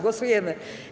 Głosujemy.